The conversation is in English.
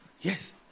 Yes